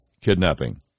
kidnapping